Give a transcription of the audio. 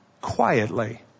quietly